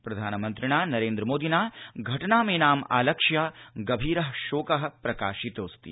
प्रधानमन्त्रिणा नरेन्द्र मोदिना घटनामेनाम् आलक्ष्य गभीर शोक प्रकाशितोऽस्ति